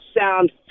sound